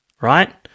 Right